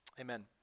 amen